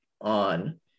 on